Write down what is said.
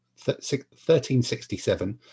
1367